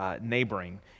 neighboring